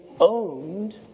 owned